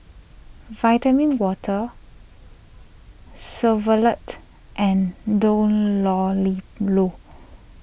Vitamin Water Chevrolet and Dunlopillo